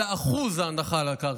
אלא שיעור ההנחה על הקרקע,